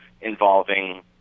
involving